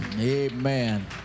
Amen